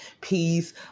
peace